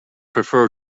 prefer